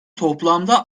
toplamda